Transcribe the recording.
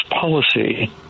policy